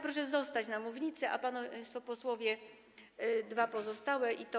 Proszę zostać na mównicy, a państwo posłowie - dwa pozostałe pytania.